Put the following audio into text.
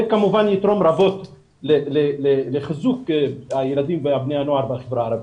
זה כמובן יתרום רבות לחיזוק הילדים ובני הנוער בחברה הערבית.